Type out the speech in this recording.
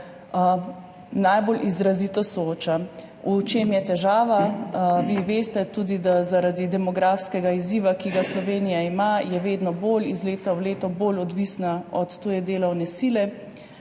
najbolj izrazito sooča. V čem je težava? Vi veste, da je tudi zaradi demografskega izziva, ki ga Slovenija ima, ta iz leta v leto bolj odvisna od tuje delovne sile,